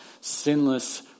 sinless